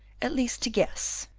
at least to guess.